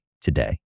today